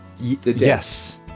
yes